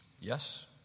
Yes